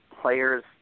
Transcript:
players